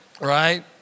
Right